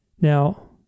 Now